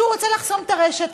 שהוא רוצה לחסום את הרשת.